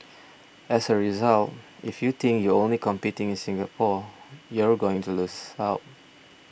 as a result if you think you're only competing in Singapore you're going to lose out